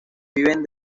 viven